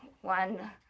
one